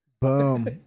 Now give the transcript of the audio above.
Boom